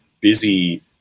busy